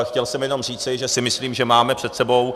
Chtěl jsem jenom říci, že si myslím, že máme před sebou...